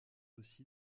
aussi